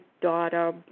daughter